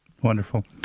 Wonderful